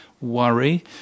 worry